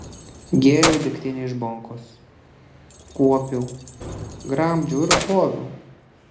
gėriau degtinę iš bonkos kuopiau gramdžiau ir ploviau